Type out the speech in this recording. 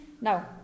Now